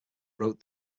wrote